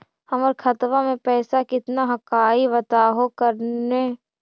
हमर खतवा में पैसा कितना हकाई बताहो करने?